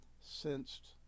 sensed